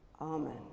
Amen